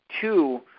two